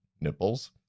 nipples